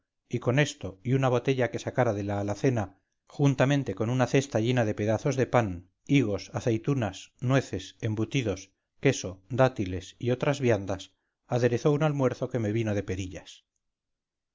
y con esto y una botella que sacara de la alacena juntamente con una cesta llena de pedazos de pan higos aceitunas nueces embutidos queso dátiles y otras viandas aderezó un almuerzo que me vino de perillas